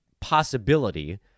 possibility